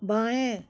बाएँ